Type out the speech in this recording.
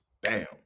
Bam